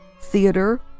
theater